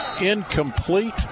incomplete